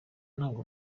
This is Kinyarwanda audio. ntabwo